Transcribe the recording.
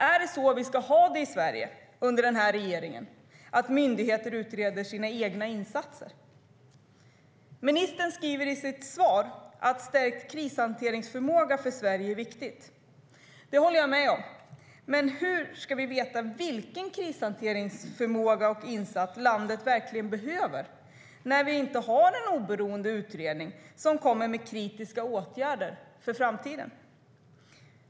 Är det så vi ska ha det i Sverige under den här regeringen, det vill säga att myndigheter utreder sina egna insatser? Ministern sade i sitt svar att stärkt krishanteringsförmåga för Sverige är viktigt. Det håller jag med om. Men hur ska vi veta vilken krishanteringsförmåga och insats landet verkligen behöver när vi inte har en oberoende utredning som lägger fram förslag i fråga om kritiska åtgärder för framtiden?